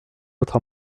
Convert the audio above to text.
votre